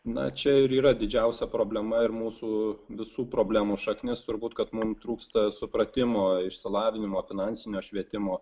na čia ir yra didžiausia problema ir mūsų visų problemų šaknis turbūt kad mum trūksta supratimo išsilavinimo finansinio švietimo